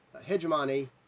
hegemony